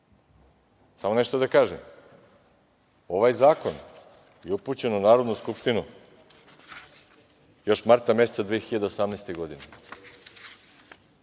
nešto da kažem, ovaj zakon je upućen u Narodnu skupštinu još marta meseca 2018. godine.